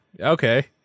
Okay